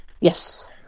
Yes